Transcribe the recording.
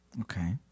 Okay